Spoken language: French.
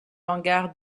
hangar